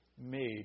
made